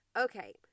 Okay